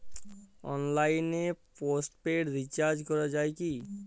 অনলাইনে postpaid recharge করা যায় কি?